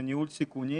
זה ניהול סיכונים